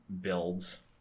builds